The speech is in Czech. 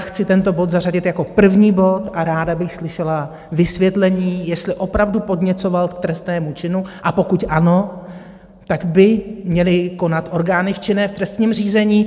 Chci tento bod zařadit jako první bod a ráda bych slyšela vysvětlení, jestli opravdu podněcoval k trestnému činu, a pokud ano, tak by měly konat orgány činné v trestním řízení.